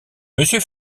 monsieur